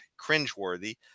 cringeworthy